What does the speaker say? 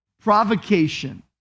Provocation